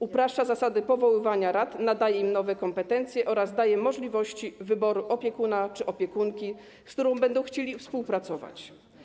Upraszcza się zasady powoływania rad, nadaje im nowe kompetencje oraz daje możliwości wyboru opiekuna czy opiekunki, z którymi będą chciały współpracować.